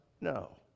no